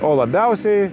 o labiausiai